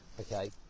okay